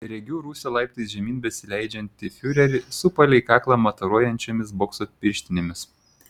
regiu rūsio laiptais žemyn besileidžiantį fiurerį su palei kaklą mataruojančiomis bokso pirštinėmis